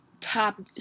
top